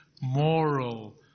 moral